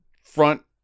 front